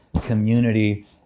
Community